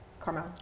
Carmel